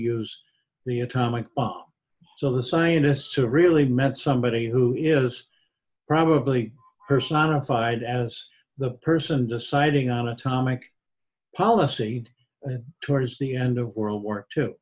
use the atomic bomb so the scientists who really met somebody who is probably her son and five as the person deciding on atomic policy towards the end of world war two